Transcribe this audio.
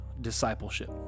discipleship